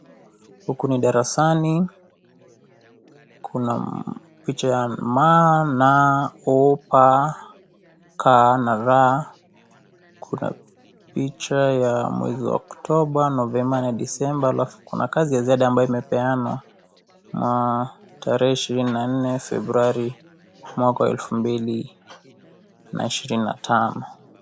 Huku ni darasani, kuna picha ya ma, na, o, pa, ka na ra. Kuna picha ya mwezi wa Oktoba, Novemba na Desemba, alafu kuna kazi ya ziada ambayo imepeanwa na tarehe ishirini na nne Februari mwaka wa elefu mbili na ishirini na tano.